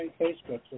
Facebook